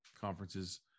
conferences